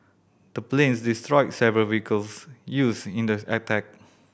the planes destroyed several vehicles used in the attack